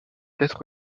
être